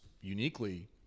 uniquely